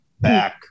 back